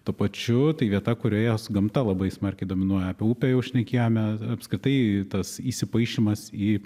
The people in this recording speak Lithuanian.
tuo pačiu tai vieta kurioje su gamta labai smarkiai dominuoja apie upę jau šnekėjome apskritai tas įsipaišymas į